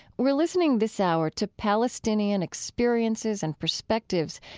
we're listening this hour to palestinian experiences and perspectives,